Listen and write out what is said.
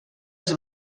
els